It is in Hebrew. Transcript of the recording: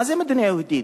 מה זה מדינה יהודית?